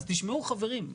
אז תשמעו חברים,